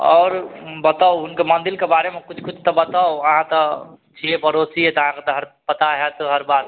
आओर बताउ हुनका मन्दिरके बारेमे किछु किछु तऽ बताउ अहाँ तऽ छियै पड़ोसिये तऽ अहाँके तऽ हर पता होयत हर बात